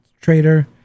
Trader